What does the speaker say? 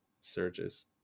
surges